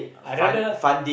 I rather